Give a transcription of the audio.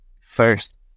first